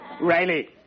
Riley